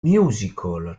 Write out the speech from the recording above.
musical